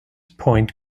point